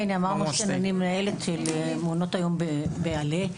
אני מנהלת מעונות היום בעל"ה.